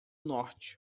norte